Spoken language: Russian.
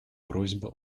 просьба